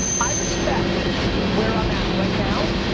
i respect where i'm at right now.